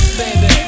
baby